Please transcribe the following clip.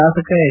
ಶಾಸಕ ಎಸ್